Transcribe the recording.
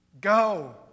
Go